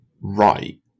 right